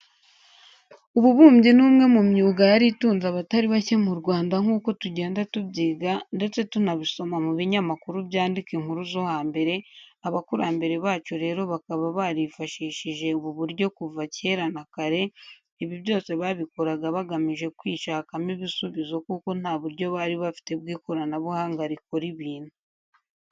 Ububumbyi ni umwe mu myuga yari itunze abatari bake mu Rwanda nk'uko tugenda tubyiga ndetse tunabisoma mu binyamakuru byandika inkuru zo hambere, abakurambere bacu rero bakaba barifashishije ubu buryo kuva kera na kare, ibi byose babikoraga bagamije kwishyakamo ibisubizo kuko nta buryo bari bafite bw'ikoranabuhanga rikora ibintu.